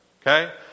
Okay